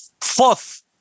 fourth